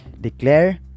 declare